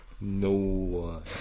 No